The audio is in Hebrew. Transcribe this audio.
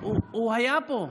הוא היה פה.